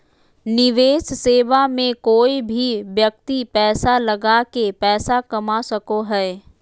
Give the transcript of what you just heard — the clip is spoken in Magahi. निवेश सेवा मे कोय भी व्यक्ति पैसा लगा के पैसा कमा सको हय